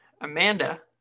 Amanda